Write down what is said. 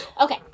Okay